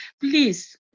please